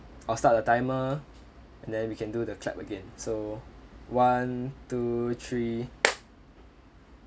I'll start the timer and then we can do the clap again so one two three